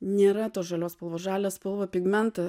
nėra tos žalios spalvos žalią spalvą pigmentą